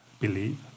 believe